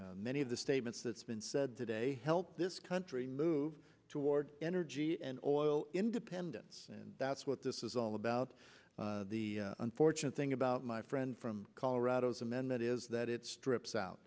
to many of the statements that's been said today help this country move toward energy and oil independence and that's what this is all about the unfortunate thing about my friend from colorado cement that is that it strips out